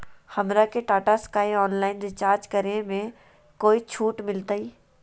हमरा के Tata Sky online recharge करे में कोई छूट मिलतई